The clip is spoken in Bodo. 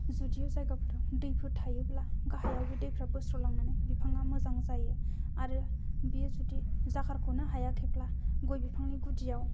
जुदिय' जायगाफोराव दैफोर थायोब्ला गाहायावबो दैफ्रा बोस्र'लांनानै बिफाङा मोजां जायो आरो बेयो जुदि जाखारख'नो हायाखैब्ला गय बिफांनि गुदियाव